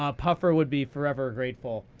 um puffer would be forever grateful.